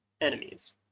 enemies